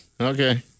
Okay